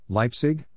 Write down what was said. Leipzig